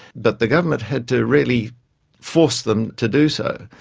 but the government had to really force them to do so,